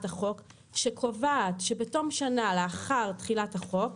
החוק שקובעת שבתום שנה לאחר תחילת החוק,